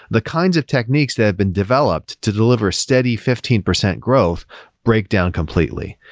the kinds of techniques that have been developed to deliver steady fifteen percent growth break down completely.